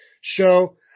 show